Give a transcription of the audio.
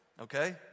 okay